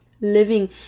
Living